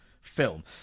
film